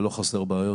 ולא חסרות בעיות: